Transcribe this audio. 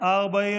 לא נתקבלה.